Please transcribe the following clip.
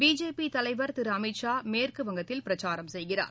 BJP தலைவர் திரு அமித்ஷா மேற்குவங்கத்தில் பிரச்சாரம் செய்கிறார்